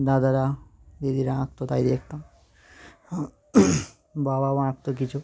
দাদারা দিদিরা আঁকতো তাই দেখতাম বাবাও আঁকত কিছু